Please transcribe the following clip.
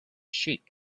sheep